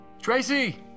Tracy